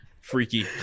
Freaky